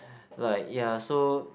like yeah so